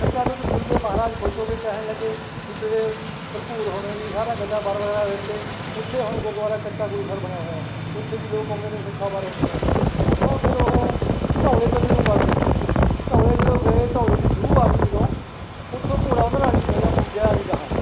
ਕੱਚਾ ਦੁੱਧ ਪੀ ਕੇ ਮਹਾਰਾਜ ਖੁਸ਼ ਹੋ ਗਏ ਕਹਿਣ ਲੱਗੇ ਬੀ ਤੇਰੇ ਭਰਭੂਰ ਹੋਵੇਗੀ ਸਾਰਾ ਗੱਲਾਂ ਬਰ ਬਾਰੇ ਦਿੱਤੇ ਉੱਥੇ ਹੁਣ ਗੁਰਦੁਆਰਾ ਕੱਚਾ ਗੁਰੂ ਸਰ ਬਣਿਆ ਹੋਇਆ ਹੈ ਉੱਥੇ ਵੀ ਲੋਕ ਆਉਂਦੇ ਨੇ ਸੁੱਖਾ ਬਰ ਆਉਂਦੀਆਂ ਹਨ ਉਥੋਂ ਫਿਰ ਉਹ ਧੌਲੇ ਕੰਨੀਂ ਨੂੰ ਬੱਗ ਗਏ ਧੌਲੇ ਜਦੋਂ ਗਏ ਧੌਲੇ ਦੀ ਜੂਹ ਆ ਗਈ ਜਦੋਂ ਉਥੋਂ ਘੋੜਾ ਉਹਨਾਂ ਦਾ ਅੜੀ ਪੈ ਗਿਆ ਬ ਗਿਆ ਨਹੀਂ ਗਾਹਾਂ